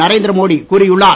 நரேந்திர மோடி கூறியுள்ளார்